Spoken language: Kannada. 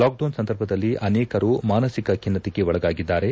ಲಾಕ್ಡೌನ್ ಸಂದರ್ಭದಲ್ಲಿ ಅನೇಕರು ಮಾನಸಿಕ ಖಿನ್ನತೆಗೆ ಒಳಗಾಗಿದ್ದಾರೆ